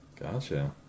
Gotcha